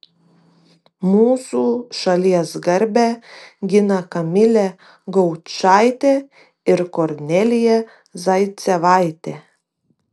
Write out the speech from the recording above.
mūsų šalies garbę gina kamilė gaučaitė ir kornelija zaicevaitė